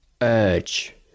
urge